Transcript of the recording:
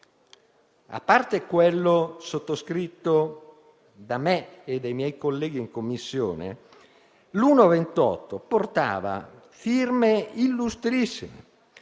A parte quello sottoscritto da me e dai miei colleghi in Commissione, l'emendamento 1.28 portava firme illustrissime,